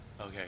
Okay